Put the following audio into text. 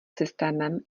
systémem